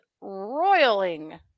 roiling